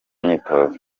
myitozo